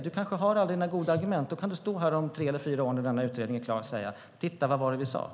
Du kanske har alla dina goda argument. Då kan du stå här om tre eller fyra år, när utredningen är klar, och säga: Titta, vad var det vi sade!